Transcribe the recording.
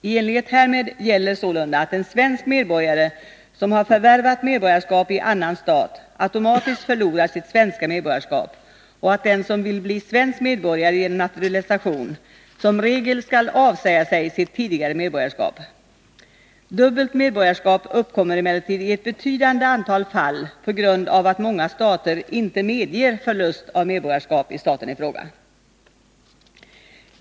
I enlighet härmed gäller sålunda att en svensk medborgare som har förvärvat medborgarskap i annan stat automatiskt förlorar sitt svenska medborgarskap och att den som vill bli svensk medborgare genom naturalisation som regel skall avsäga sig sitt tidigare medborgarskap. Dubbelt medborgarskap uppkommer emellertid i ett betydande antal fall på grund av att många stater inte medger förlust av medborgarskap i staten i fråga.